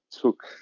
took